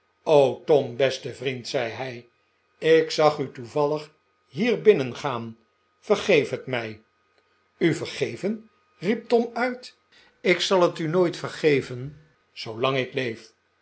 tom beste vriend zei hij ik zag u toevallig hier binnengaan vergeef het mij u vergeven riep tom uit ik zal het u nooit vergeven zoolang ik leef